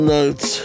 Notes